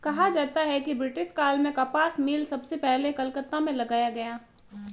कहा जाता है कि ब्रिटिश काल में कपास मिल सबसे पहले कलकत्ता में लगाया गया